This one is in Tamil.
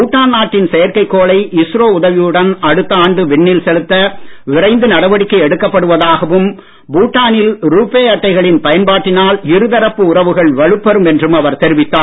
பூட்டான் நாட்டின் செயற்கைக்கோளை இஸ்ரோ உதவியுடன் அடுத்த ஆண்டு விண்ணில் செலுத்த விரைந்து நடவடிக்கை எடுக்கப் படுவதாகவும் பூட்டா னில் ருபே அட்டைகளின் பயன்பாட்டினால் இருதரப்பு உறுவுகள் வலுப்பெறும் என்றும் அவர் தெரிவித்தார்